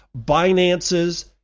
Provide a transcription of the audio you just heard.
Binance's